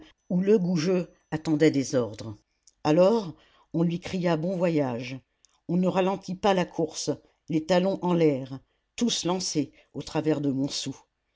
où legoujeux attendait des ordres alors on lui cria bon voyage on ne ralentit pas la course les talons en l'air tous lancés au travers de